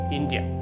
India